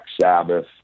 Sabbath